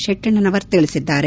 ಶೆಟ್ಟೆಣ್ಣವರ ತಿಳಿಸಿದ್ದಾರೆ